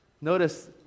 Notice